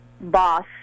boss